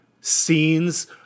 scenes